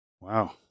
wow